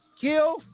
kill